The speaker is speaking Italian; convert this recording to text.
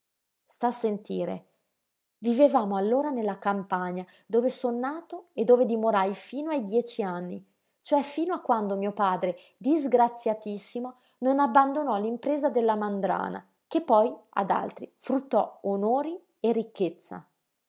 sta a sentire vivevamo allora nella campagna dove son nato e dove dimorai fino ai dieci anni cioè fino a quando mio padre disgraziatissimo non abbandonò l'impresa della mandrana che poi ad altri fruttò onori e ricchezza